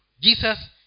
Jesus